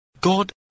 God